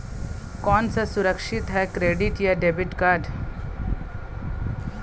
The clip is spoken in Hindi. कौन सा सुरक्षित है क्रेडिट या डेबिट कार्ड?